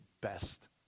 best